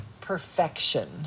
perfection